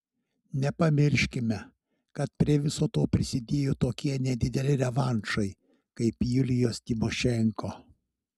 nepamirškime kad prie viso to prisidėjo tokie nedideli revanšai kaip julijos tymošenko